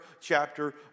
chapter